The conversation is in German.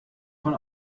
von